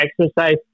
exercise